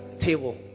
table